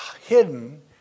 hidden